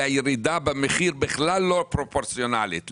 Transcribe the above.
והירידה במחיר בכלל לא פרופורציונלית.